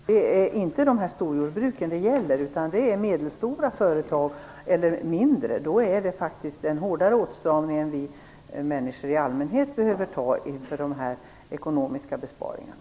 Fru talman! Jag anser att det gör det. Det rör sig om summor som 100 000 för ett jordbruk. Det är inte storjordbruken det gäller. Det är medelstora eller mindre företag. Det är faktiskt en hårdare åtstramning än vad människor i allmänhet behöver ta när det gäller de ekonomiska besparingarna.